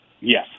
Yes